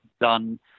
done